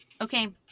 Okay